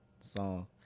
song